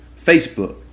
Facebook